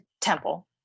temple